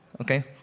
Okay